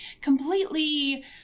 completely